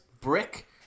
Brick